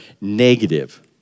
negative